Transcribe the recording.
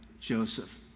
Joseph